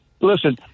listen